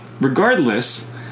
regardless